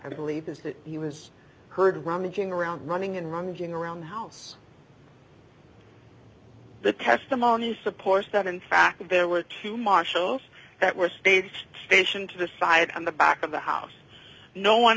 i believe his that he was heard rummaging around running and running around the house the testimony supports that in fact there were two marshals that were staged station to the side in the back of the house no one